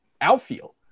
outfield